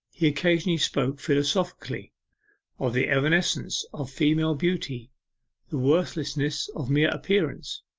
he occasionally spoke philosophically of the evanescence of female beauty the worthlessness of mere appearance.